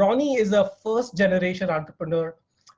ronnie is our first generation entrepreneur